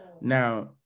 Now